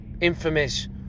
Infamous